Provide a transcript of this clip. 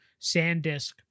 sandisk